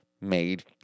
made